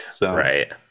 right